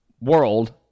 world